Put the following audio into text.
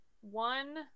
One